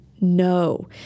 no